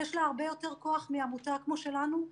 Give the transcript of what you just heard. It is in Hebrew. יש לה הרבה יותר כוח מעמותה כמו שלנו,